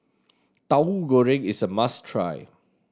Tauhu Goreng is a must try